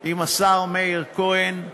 עם השר מאיר כהן,